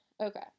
okay